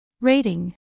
Rating